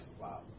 Wow